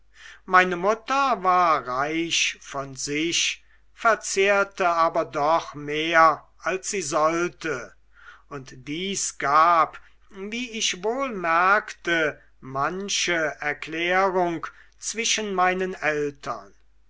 meine mutter war reich von sich verzehrte aber doch mehr als sie sollte und dies gab wie ich wohl merkte manche erklärung zwischen meinen eltern